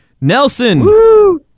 Nelson